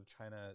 China